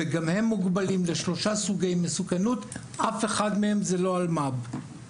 וגם הם מוגבלים לשלושה סוגי מסוכנות ואף אחד מהם הוא לא אלמ"ב.